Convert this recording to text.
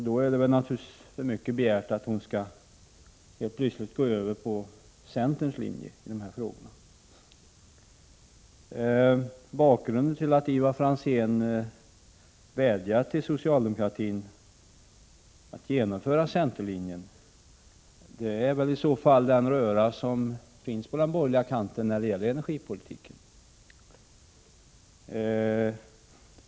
Då är det för mycket begärt att hon helt plötsligt skall gå över till centerns linje i dessa frågor. Bakgrunden till att Ivar Franzén vädjar till socialdemokratin att genomföra centerns linje är väl den röra som finns på den borgerliga kanten när det gäller energipolitiken.